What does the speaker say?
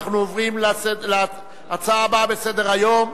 אנחנו עוברים להצעה הבאה בסדר-היום,